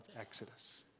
Exodus